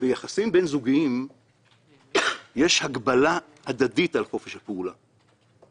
ביחסים בין-זוגיים ישנה הגבלה הדדית על חופש הפעולה.